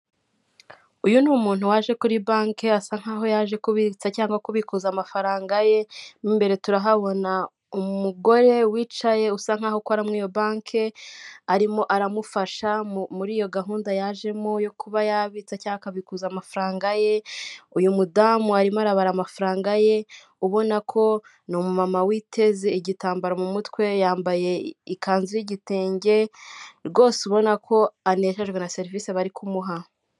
Uyu ni umuntu waje kuri banki asa nk'aho yaje kubitsa cyangwa kubikuza amafaranga ye, mu imbere turahabona umugore wicaye usa nkaho akora muri iyo banki arimo aramufasha muri iyo gahunda yajemo yo kuba yabitsa cyangwa akabikuza amafaranga ye, uyu mudamu arimo arabara amafaranga ye ubona ko ni mama witeze igitambaro mu mutwe yambaye ikanzu y'igitenge rwose ubona ko anejejwe na serivisi bari kumuha.